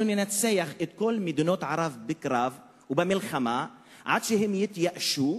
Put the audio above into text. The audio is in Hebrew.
אנחנו ננצח את כל מדינות ערב בקרב ובמלחמה עד שהן יתייאשו